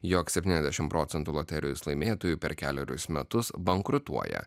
jog septyniasdešimt procentų loterijos laimėtojų per kelerius metus bankrutuoja